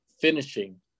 finishing